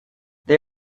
they